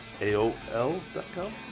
AOL.com